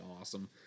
awesome